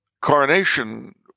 coronation